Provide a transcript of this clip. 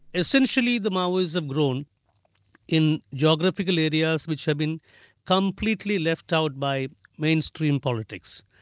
essentially the maoists have grown in geographical areas which have been completely left out by mainstream politics.